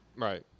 Right